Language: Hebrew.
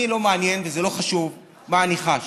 אני לא מעניין וזה לא חשוב מה אני חש,